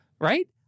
Right